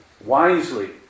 wisely